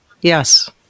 yes